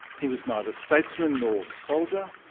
he was neither statesman nor soldier,